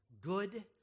good